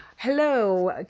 Hello